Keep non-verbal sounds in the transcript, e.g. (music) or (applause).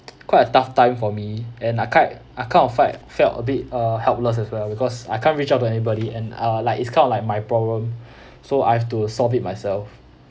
quite a tough time for me and I kind I kind of felt felt a bit uh helpless as well because I can't reach out to anybody and uh like it's kind of like my problem (breath) so I have to solve it myself